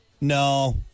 No